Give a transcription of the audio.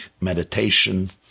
meditation